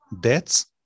deaths